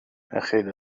نخیر